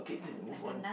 okay then move on